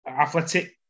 Athletic